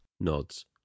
Nods